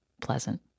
pleasant